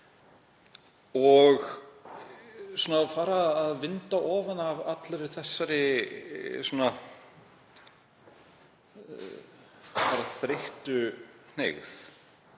og fara að vinda ofan af allri þessari þreyttu hneigð.